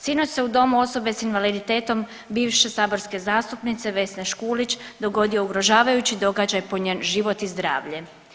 Sinoć se u domu osobe s invaliditetom bivše saborske zastupnice Vesne Škulić dogodio ugrožavajući događaj po njen život i zdravlje.